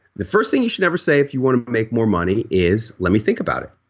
the first thing you should never say if you want to make more money is let me think about it.